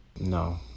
No